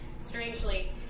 strangely